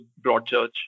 Broadchurch